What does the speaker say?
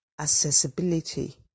accessibility